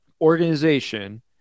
organization